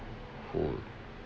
who